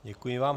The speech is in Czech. Děkuji vám.